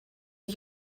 you